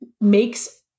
makes